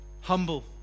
humble